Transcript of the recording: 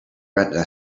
retina